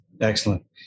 Excellent